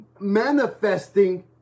manifesting